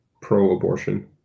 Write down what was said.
pro-abortion